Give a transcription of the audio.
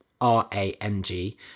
r-a-n-g